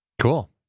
Cool